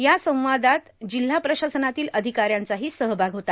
या संवादात जिल्हा प्रशासनातील अधिकाऱ्यांचाही सहभाग होता